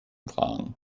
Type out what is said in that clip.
klang